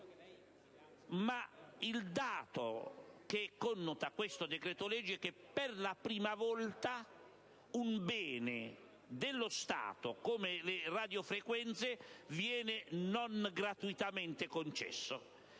ma il dato che connota questo decreto‑legge è che, per la prima volta, un bene dello Stato, come le radiofrequenze, viene concesso non gratuitamente.